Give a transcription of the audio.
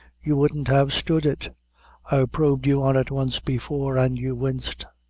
you wouldn't have stood it probed you on it once before, and you winced.